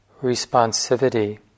responsivity